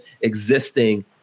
existing